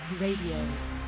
Radio